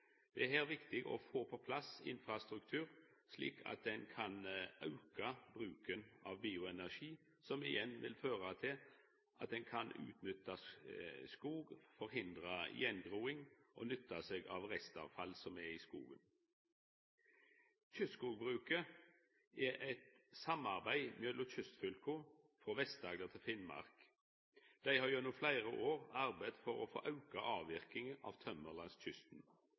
er her viktig å få på plass infrastruktur, slik at ein kan auka bruken av bioenergi, som igjen vil føra til at ein kan utnytta skog, forhindra attgroing og nytta seg av restavfall som er i skogen. Kystskogbruket er eit samarbeid mellom kystfylka – frå Vest-Agder til Finnmark. Dei har gjennom fleire år arbeidd med å få auka avverkinga av tømmer langs kysten